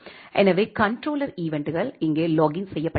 எனவே கண்ட்ரோலர் ஈவென்ட்கள் இங்கே லாகின் செய்யப்பட்டுள்ளது